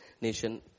nation